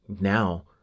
Now